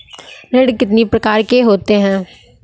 ऋण कितनी प्रकार के होते हैं?